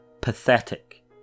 pathetic